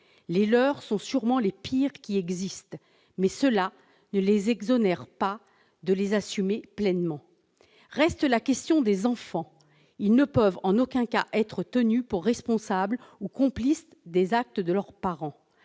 les leurs sont sûrement les pires qui existent, mais cela ne les exonère pas de les assumer pleinement. Reste la question des enfants : ils ne peuvent en aucun cas être tenus pour responsables ou complices des actes de leurs parents.